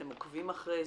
אתם עוקבים אחרי זה?